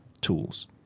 tools